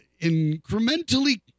incrementally